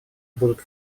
будут